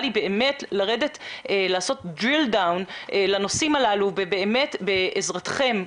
לי באמת לעשות דריל דאון לנושאים הללו ובאמת בעזרתכם,